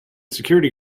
security